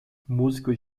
músicos